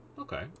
Okay